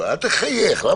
ובתי המשפט זה כאילו